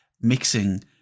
mixing